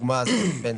דוגמה זה פנסיה,